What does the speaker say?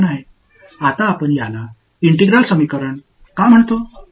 இப்போது நாம் அதை ஒரு ஒருங்கிணைந்த சமன்பாடு என்று ஏன் அழைக்கிறோம்